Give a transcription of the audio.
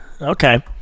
Okay